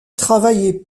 travaillait